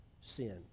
sin